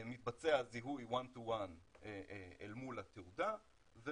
מתבצע זיהוי one to one אל מול התעודה --- מרחוק.